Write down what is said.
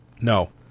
No